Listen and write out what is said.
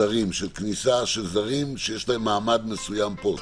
כניסת זרים שיש להם מעמד מסוים פה.